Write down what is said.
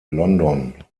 london